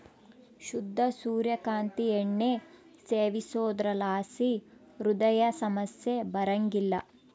ಶುದ್ಧ ಸೂರ್ಯ ಕಾಂತಿ ಎಣ್ಣೆ ಸೇವಿಸೋದ್ರಲಾಸಿ ಹೃದಯ ಸಮಸ್ಯೆ ಬರಂಗಿಲ್ಲ